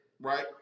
right